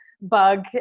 bug